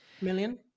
million